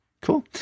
Cool